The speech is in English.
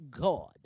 God